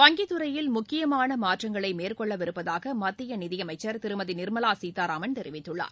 வங்கித் துறையில் முக்கியமான மாற்றங்களை மேற்கொள்ளவிருப்பதாக மத்திய நிதியமைச்சர் திருமதி நிர்மலா சீதாராமன் தெரிவித்துள்ளார்